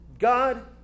God